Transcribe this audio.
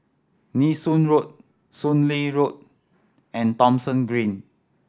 Nee Soon Road Soon Lee Road and Thomson Green